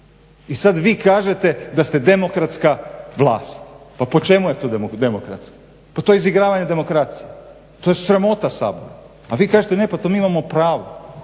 I sad vi kažete da ste demokratska vlast. Pa po čemu je to demokratski? Pa to je izigravanje demokracije. To je sramota Sabora! A vi kažete ne pa to mi imamo pravo,